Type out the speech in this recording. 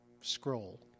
scroll